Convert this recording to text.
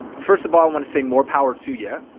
first of all, i wanna say more power to yeah